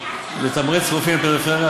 לתמרץ רופאים בפריפריה,